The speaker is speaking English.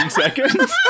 seconds